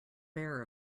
bare